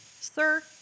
Sir